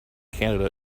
canada